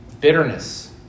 bitterness